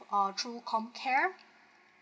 err through comcare